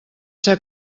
ser